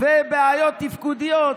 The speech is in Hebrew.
ומבעיות תפקודיות,